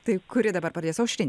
tai kuri dabar pradės aušrine